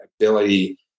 ability